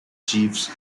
chiefs